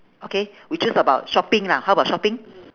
okay we choose about shopping lah how about shopping